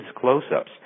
close-ups